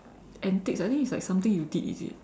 antics I think it's like something you did is it